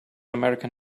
american